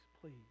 please